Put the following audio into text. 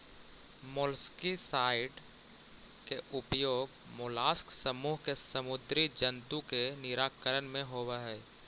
molluscicide के उपयोग mollusc समूह के समुदी जन्तु के निराकरण में होवऽ हई